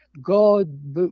God